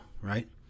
right